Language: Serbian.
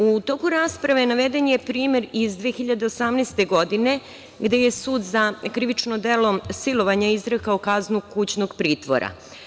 U toku rasprave naveden je primer iz 2018. godine, gde je sud za krivično delo silovanja izrekao kaznu kućnog pritvora.